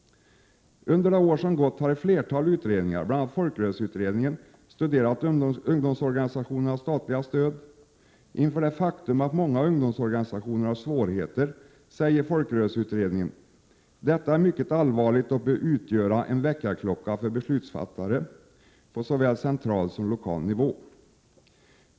Under de år som har gått har ett flertal utredningar, bl.a. folkrörelseutredningen, studerat ungdomsorganisationernas statliga stöd. Inför det faktum att många ungdomsorganisationer har svårigheter säger folkrörelseutredningen att detta är mycket allvarligt och bör utgöra en väckarklocka för beslutsfattare på såväl central som lokal nivå.